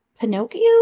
Pinocchio